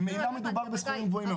ממילא מדובר בסכומים גבוהים מאוד.